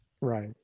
right